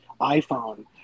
iPhone